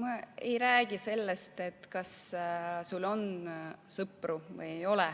Ma ei räägi sellest, kas sul on sõpru või ei ole.